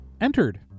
entered